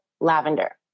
lavender